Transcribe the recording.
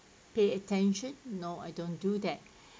pay attention no I don't do that